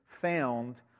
found